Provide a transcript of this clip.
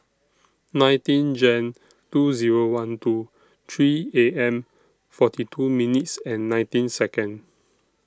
nineteen Jan two Zero one two three A M forty two minutes and nineteen Second